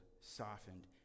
softened